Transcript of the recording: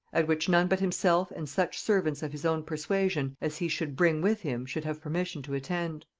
at which none but himself and such servants of his own persuasion as he should bring with him should have permission to attend.